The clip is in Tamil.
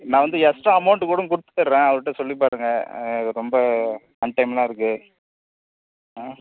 நான் வந்து எக்ஸ்ட்டா அமௌண்ட்டு கூட கொடுத்துட்றேன் அவர்ட்ட சொல்லி பாருங்கள் இது ரொம்ப அன்டைமாக இருக்குது ஆ